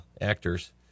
actors